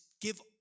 give